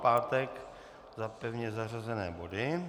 Pátek za pevně zařazené body.